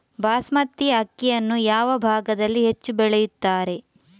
ಬಾಸ್ಮತಿ ಅಕ್ಕಿಯನ್ನು ಯಾವ ಭಾಗದಲ್ಲಿ ಹೆಚ್ಚು ಬೆಳೆಯುತ್ತಾರೆ?